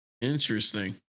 interesting